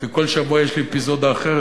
כי כל שבוע יש לי אפיזודה אחרת,